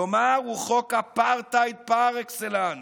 כלומר הוא חוק אפרטהייד פר אקסלנס.